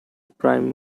prime